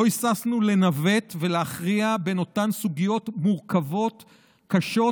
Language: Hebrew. לא היססנו לנווט ולהכריע בין אותן סוגיות מורכבות וקשות,